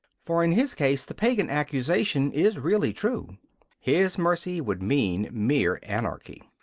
for in his case the pagan accusation is really true his mercy would mean mere anarchy.